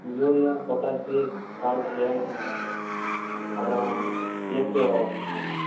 urea potassium calcium அப்புறம் இயற்கை உரம் இருக்குது சார்